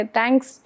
thanks